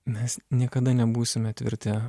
mes niekada nebūsime tvirti